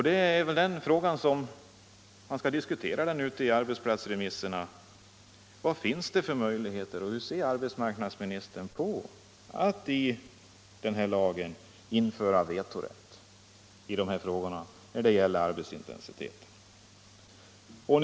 Det är väl den saken man skall diskutera ute på arbetsplatserna för att kunna avge remissvar. Vad finns det då för möjligheter och hur ser arbetsmarknadsministern på att i arbetsmiljölagen införa vetorätt i frågor som rör arbetsintensiteten?